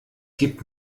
gibt